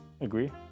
Agree